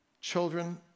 children